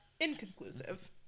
inconclusive